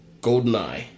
GoldenEye